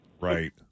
Right